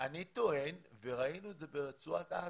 אני טוען וראינו את זה ברצועת עזה,